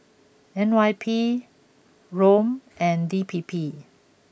N Y P ROM and D P P